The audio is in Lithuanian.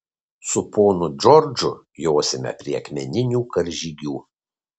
su ponu džordžu josime prie akmeninių karžygių